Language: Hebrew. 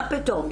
מה פתאום,